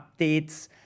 updates